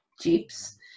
jeeps